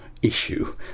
issue